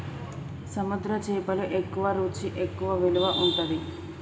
సముద్ర చేపలు ఎక్కువ రుచి ఎక్కువ విలువ ఉంటది